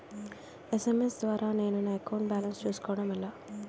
SMS ద్వారా నేను నా అకౌంట్ బాలన్స్ చూసుకోవడం ఎలా?